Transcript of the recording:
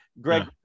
greg